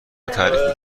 تعریف